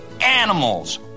animals